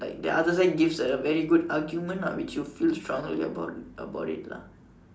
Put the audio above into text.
like the other side gives a very good argument lah that you feel strongly about about it lah